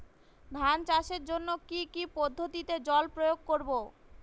ধান চাষের জন্যে কি কী পদ্ধতিতে জল প্রয়োগ করব?